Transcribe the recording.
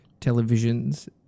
televisions